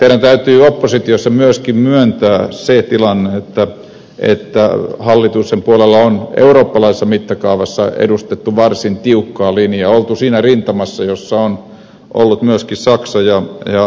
teidän täytyy oppositiossa myöskin myöntää se tilanne että hallituksen puolella on eurooppalaisessa mittakaavassa edustettu varsin tiukkaa linjaa oltu siinä rintamassa jossa ovat olleet myöskin saksa ja hollanti